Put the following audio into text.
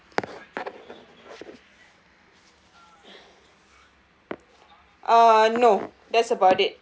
uh no that's about it